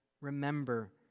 Remember